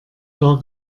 klar